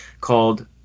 called